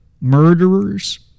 murderers